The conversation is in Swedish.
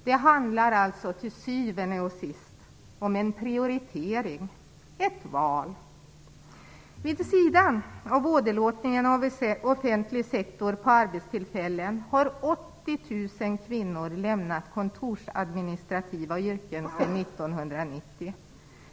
Det handlar alltså till syvende och sist om en prioritering, ett val. Vid sidan av åderlåtningen av offentliga sektorn på arbetstillfällen har 80 000 kvinnor lämnat kontorsadministrativa yrken sedan 1990.